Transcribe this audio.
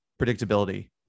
predictability